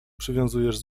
przywiązujesz